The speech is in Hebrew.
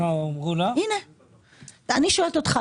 אני שואלת אותך,